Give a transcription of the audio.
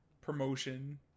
promotion